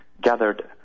gathered